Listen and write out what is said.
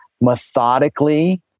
methodically